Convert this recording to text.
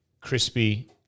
Crispy